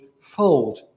fold